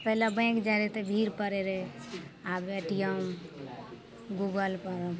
पहिले बैँक जाइ रहै तऽ भीड़ पड़ै रहै आब ए टी एम गूगलपर